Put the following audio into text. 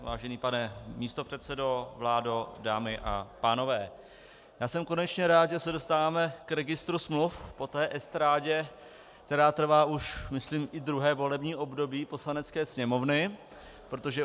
Vážený pane místopředsedo, vládo, dámy a pánové, já jsem konečně rád, že se dostáváme k registru smluv po té estrádě, která trvá už myslím druhé volební období Poslanecké sněmovny, protože